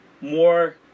More